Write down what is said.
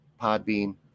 Podbean